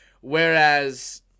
Whereas